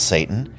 Satan